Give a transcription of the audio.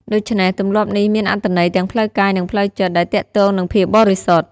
ដូច្នេះ ទម្លាប់នេះមានអត្ថន័យទាំងផ្លូវកាយនិងផ្លូវចិត្ត ដែលទាក់ទងនឹងភាពបរិសុទ្ធ។